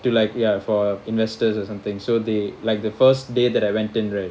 to like ya for investors or something so the like the first day that I went in right